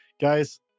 guys